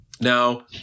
Now